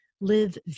live